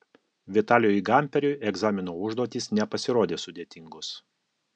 vitalijui gamperiui egzamino užduotys nepasirodė sudėtingos